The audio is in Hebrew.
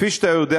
כפי שאתה יודע,